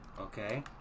okay